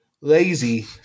lazy